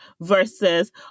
versus